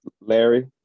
Larry